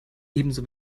ebenso